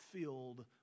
filled